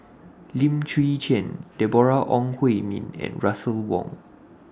Lim Chwee Chian Deborah Ong Hui Min and Russel Wong